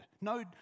No